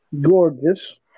gorgeous